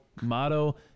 motto